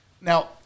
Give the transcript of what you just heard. Now